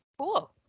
Cool